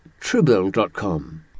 Truebill.com